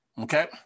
okay